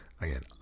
again